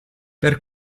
per